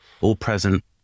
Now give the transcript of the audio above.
all-present